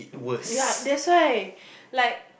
ya that's why like